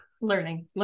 learning